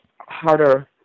harder